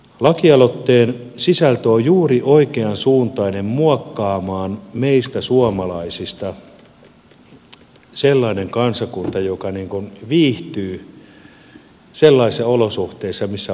lakialoitteen sisältö on juuri oikeansuuntainen muokkaamaan meistä suomalaisista sellaisen kansakunnan joka viihtyy sellaisissa olosuhteissa missä on kiva olla